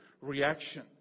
reaction